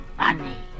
money